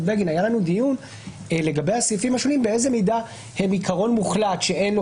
בגין - לגבי הסעיפים השונים באיזה מידה הם עיקרון מוחלט שאין לו